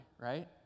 right